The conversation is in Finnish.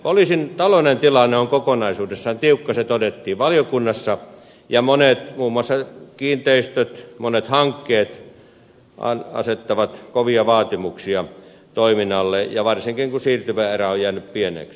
poliisin taloudellinen tilanne on kokonaisuudessaan tiukka se todettiin valiokunnassa ja muun muassa monet kiinteistöhankkeet asettavat kovia vaatimuksia toiminnalle ja varsinkin kun siirtyvä erä on jäänyt pieneksi